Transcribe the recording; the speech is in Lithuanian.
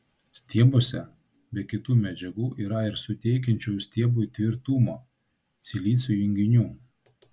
stiebuose be kitų medžiagų yra ir suteikiančių stiebui tvirtumą silicio junginių